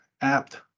apt